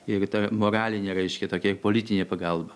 ir ta moralinė reiškia tokia ir politinė pagalba